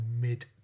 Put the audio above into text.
mid